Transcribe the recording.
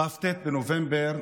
כ"ט בנובמבר,